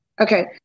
Okay